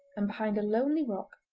and behind a lonely rock,